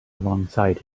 alongside